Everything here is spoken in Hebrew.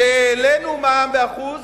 כשהעלינו מע"מ ב-1%,